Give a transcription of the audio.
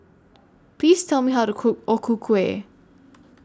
Please Tell Me How to Cook O Ku Kueh